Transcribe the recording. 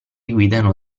guidano